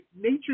nature